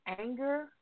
anger